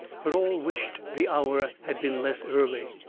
but all wished the hour had been less early.